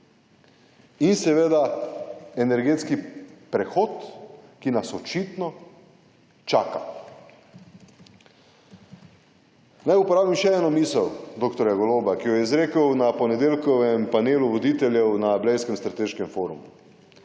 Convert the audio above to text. in seveda energetski prehod, ki nas očitno čaka. Naj uporabim še eno misel dr. Goloba, ki jo je izrekel na ponedeljkovem panelu voditeljev na Blejskem strateškem forumu.